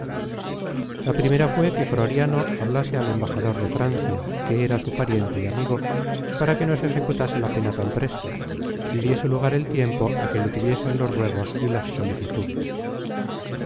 la primera fué que croriano hablase al embajador de francia que era su pariente y amigo para que no se ejecutase la pena tan presto y diese lugar el tiempo á que le tuviesen los ruegos y las solicitudes